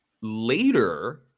Later